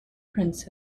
prince